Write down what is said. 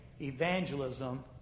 evangelism